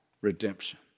redemption